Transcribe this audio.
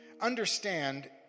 understand